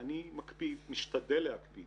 אני משתדל להקפיד